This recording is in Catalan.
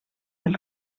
dels